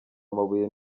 amabuye